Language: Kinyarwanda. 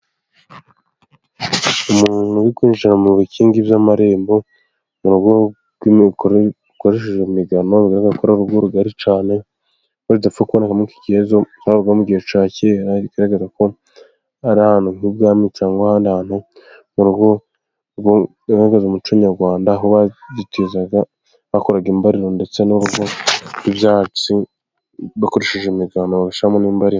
Umuntu uri kwinjira mu bikingi by'amarembo mu rugo rukoresheje imigano. Bigaragara ko ari urugo rugari cyane, urugo rudapfa kuboneka muri ki gihe ari urwo gihe cya kera. Bigaragara ko ari nk'ibwami cyangwa ahandi hantu mu rugo garagaza umuco nyarwanda, aho bazitizaga, bakoraga imbaruriro ndetse n'urugo rw'ibyatsi bakoresheje imigano bagashyiramo n'imbariro.